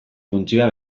funtzioa